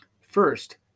First